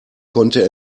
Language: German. konnte